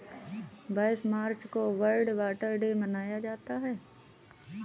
बाईस मार्च को World Water Day मनाया जाता है